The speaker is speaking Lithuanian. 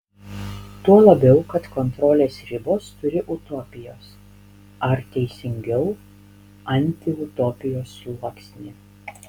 tuo labiau kad kontrolės ribos turi utopijos ar teisingiau antiutopijos sluoksnį